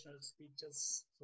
speeches